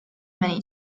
many